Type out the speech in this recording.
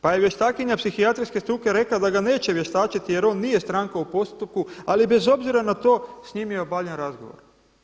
Pa je vještakinja psihijatrijske struke rekla da ga neće vještačiti jer on nije stranka u postupku ali bez obzira na to s njim je objavljen razgovor.